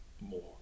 more